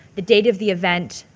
the date of the event,